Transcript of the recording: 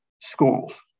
schools